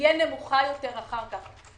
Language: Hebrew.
תהיה נמוכה יותר אחר כך.